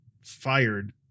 fired